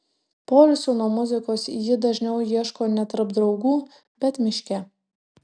poilsio nuo muzikos ji dažniau ieško ne tarp draugų bet miške